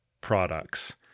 products